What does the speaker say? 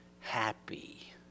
happy